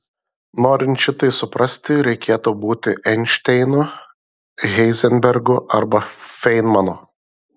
norint šitai suprasti reikėtų būti einšteinu heizenbergu arba feinmanu